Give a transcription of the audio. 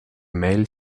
male